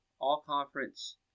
all-conference